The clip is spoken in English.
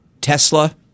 Tesla –